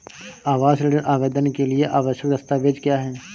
आवास ऋण आवेदन के लिए आवश्यक दस्तावेज़ क्या हैं?